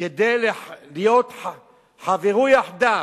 כדי להיות "חברו יחדיו"